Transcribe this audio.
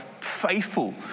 faithful